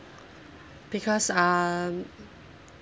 because um